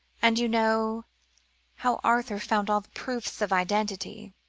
and you know how arthur found all the proofs of identity,